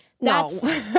no